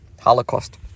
Holocaust